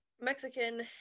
Mexican